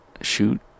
shoot